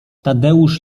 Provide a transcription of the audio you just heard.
tadeusz